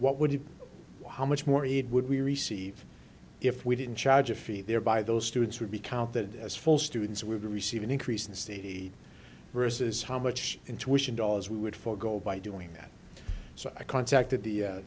what would be wow how much more aid would we receive if we didn't charge a fee thereby those students would be counted as full students would receive an increase in c t versus how much intuition dollars we would forgo by doing that so i contacted the